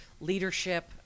leadership